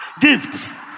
gifts